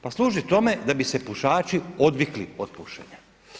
Pa služi tome da bi se pušači odvikli od pušenja.